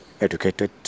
educated